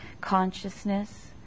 consciousness